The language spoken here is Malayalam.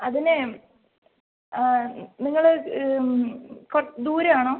അതിന് ആ നിങ്ങൾ കൊ ദൂരം ആണോ